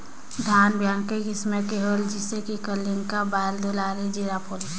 धान बिहान कई किसम के होयल जिसे कि कलिंगा, बाएल दुलारी, जीराफुल?